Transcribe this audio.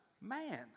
man